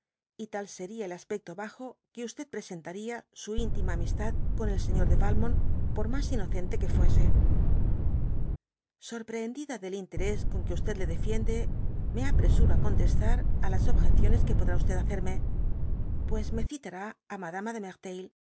y tal seria el aspecto bajo que presentaría su intima amistad con el señor de valmont por mas inocente que fuese sorprehendida del interés con que le defiende me apresuro á contestar á las objecciones que podrá hacerme pies me citará á dby google madama de